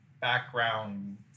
background